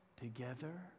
together